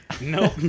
No